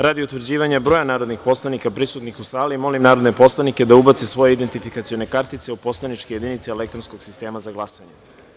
Radi utvrđivanja broja narodnih poslanika prisutnih u sali, molim narodne poslanike da ubace svoje identifikacione kartice u poslaničke jedinice elektronskog sistema za glasanje.